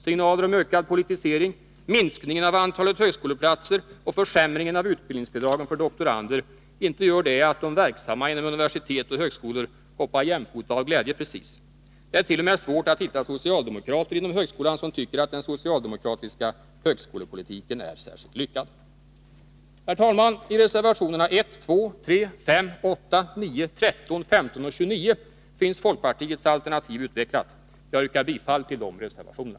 Signaler om ökad politisering, minskningen av antalet högskoleplatser och försämringen av utbildningsbidragen för doktorander — inte gör det att de verksamma inom universitet och högskolor hoppar jämfota av glädje precis! Det är t.o.m. svårt att hitta socialdemokrater inom högskolan som tycker att den socialdemokratiska högskolepolitiken är särskilt lyckad. Herr talman! I reservationerna 1, 2, 3, 5, 8, 9, 10, 13, 15 och 29 finns folkpartiets alternativ utvecklat. Jag yrkar bifall till de reservationerna.